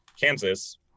Kansas